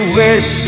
wish